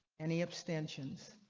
any abstentions.